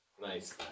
Nice